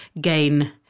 gain